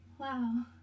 Wow